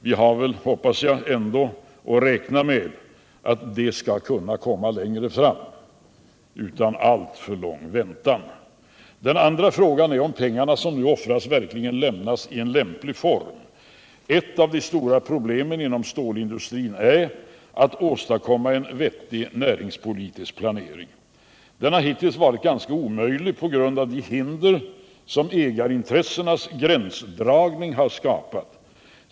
Vi har väl, hoppas jag ändå, att räkna med att det skall komma längre fram utan alltför lång väntan. Den andra frågan är om de pengar som nu offras verkligen lämnas i en lämplig form. Ett av de stora problemen inom stålindustrin är att åstadkomma en vettig näringspolitisk planering. Den har hittills varit ganska omöjlig på grund av de hinder som ägarintressenas gränsdragning har skapat.